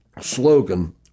slogan